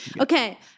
Okay